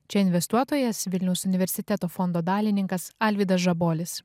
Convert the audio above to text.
čia investuotojas vilniaus universiteto fondo dalininkas alvydas žabolis